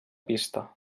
pista